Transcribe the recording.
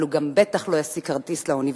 אבל הוא גם בטח לא ישיג כרטיס לאוניברסיטה,